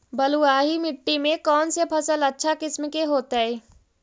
बलुआही मिट्टी में कौन से फसल अच्छा किस्म के होतै?